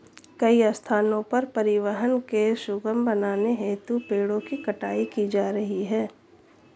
कई स्थानों पर परिवहन को सुगम बनाने हेतु पेड़ों की कटाई की जा रही है